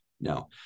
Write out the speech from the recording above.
no